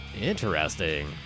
Interesting